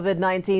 COVID-19